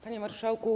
Panie Marszałku!